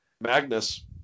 Magnus